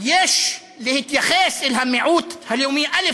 יש להתייחס אל המיעוט הלאומי: א.